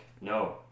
No